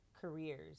careers